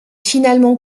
finalement